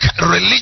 religion